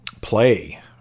play